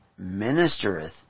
ministereth